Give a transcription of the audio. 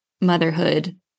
motherhood